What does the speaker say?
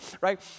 right